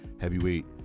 heavyweight